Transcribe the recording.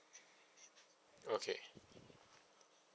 okay